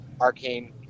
arcane